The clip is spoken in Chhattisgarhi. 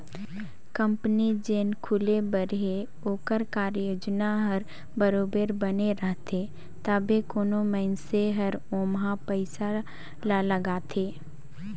कंपनी जेन खुले बर हे ओकर कारयोजना हर बरोबेर बने रहथे तबे कोनो मइनसे हर ओम्हां पइसा ल लगाथे